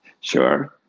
Sure